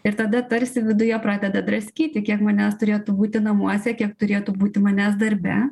ir tada tarsi viduje pradeda draskyti kiek manęs turėtų būti namuose kiek turėtų būti manęs darbe